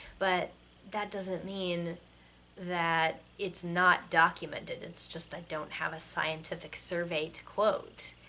but that doesn't mean that it's not documented. it's just i don't have a scientific survey to quote.